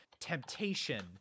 temptation